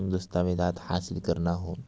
دستاویزات حاصل کرنا ہو